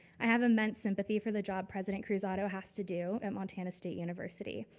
i have immense sympathy for the job president cruzado has to do at montana state university,